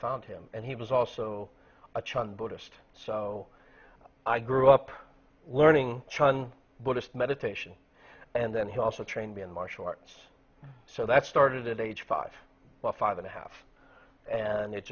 found him and he was also a chun buddhist so i grew up learning chinese buddhist meditation and then he also trained in martial arts so that started at age five by five and a half and it